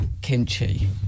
kimchi